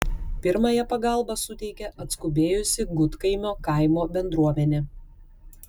pirmąją pagalbą suteikė atskubėjusi gudkaimio kaimo bendruomenė